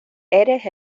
eres